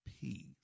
peace